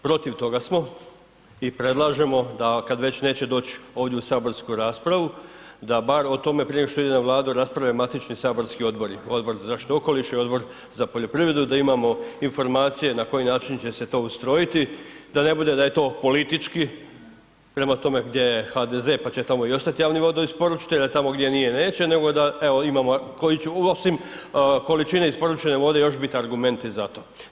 Protiv toga smo i predlažemo da, kad već neće doći ovdje u saborsku raspravu, da bar o tome prije nego što ide na Vladu rasprave matični saborski odbor, Odbor za zaštitu okoliša i Odbor za poljoprivredu, da imamo informacije na koji način će se to ustrojiti, da ne bude da je to politički prema tome gdje je HDZ pa će tamo i ostati javni vodni isporučitelji, a tamo gdje nije, neće, nego da imamo koji će, osim količine isporučene vode još biti argumenti za to.